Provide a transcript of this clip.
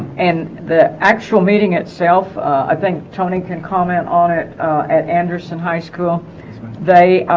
and the actual meeting itself i think tony can comment on it at anderson high school they